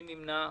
מי נמנע?